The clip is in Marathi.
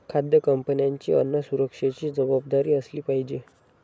खाद्य कंपन्यांची अन्न सुरक्षेची जबाबदारी असली पाहिजे